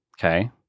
Okay